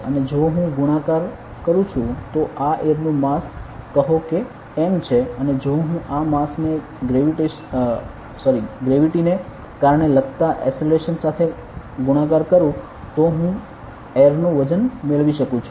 અને જો હું ગુણાકાર કરું છું તો આ એરનું માસ કહો m છે અને જો હું આ માસને ગ્રેવિટેશનલ ને કારણે લાગતા એસેલરેશન સાથે ગુણાકાર કરું તો હું એરનું વજન મેળવી શકું છું